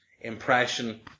impression